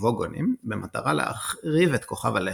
"ווגונים" במטרה להחריב את כוכב הלכת.